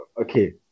okay